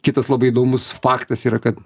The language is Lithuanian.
kitas labai įdomus faktas yra kad